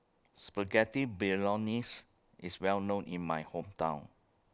Spaghetti Bolognese IS Well known in My Hometown